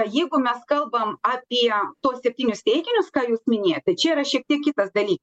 jeigu mes kalbam apie tuos septynius teikinius ką jūs minėjot tai čia yra šiek tiek kitas daly